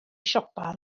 siopa